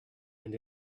and